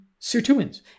sirtuins